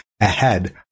ahead